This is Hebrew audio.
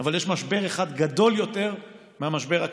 אבל יש משבר אחד גדול יותר מהמשבר הכלכלי,